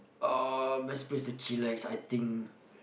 uh best place to chillax I think